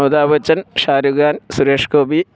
Amitabh Bachchan Shah Rukh Khan Suresh Gopi